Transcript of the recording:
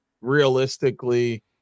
realistically